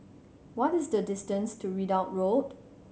what is the distance to Ridout Road